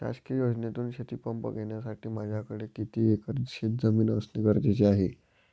शासकीय योजनेतून शेतीपंप घेण्यासाठी माझ्याकडे किती एकर शेतजमीन असणे गरजेचे आहे?